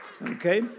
Okay